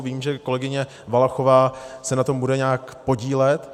Vím, že kolegyně Valachová se na tom bude nějak podílet.